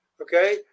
Okay